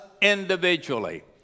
individually